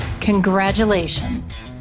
Congratulations